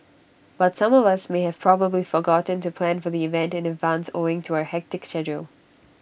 but some of us may have probably forgotten to plan for the event in advance owing to our hectic schedule